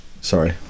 Sorry